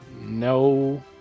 No